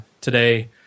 today